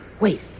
Wait